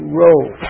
role